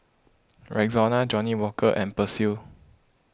Rexona Johnnie Walker and Persil